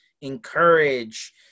encourage